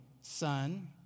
son